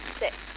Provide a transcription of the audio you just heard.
six